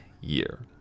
year